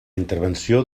intervenció